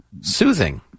Soothing